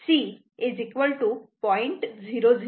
आणि C 0